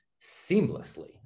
seamlessly